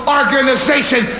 organization